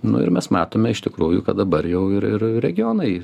nu ir mes matome iš tikrųjų kad dabar jau ir ir regionai